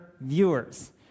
viewers